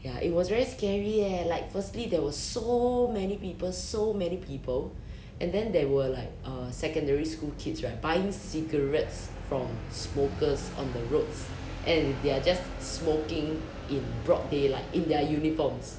ya it was very scary leh like firstly there were so many people so many people and then there were like err secondary school kids right buying cigarettes from smokers on the roads and they're just smoking in broad daylight in their uniforms